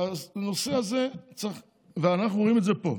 והנושא הזה צריך, אנחנו רואים את זה פה.